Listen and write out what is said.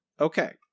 Okay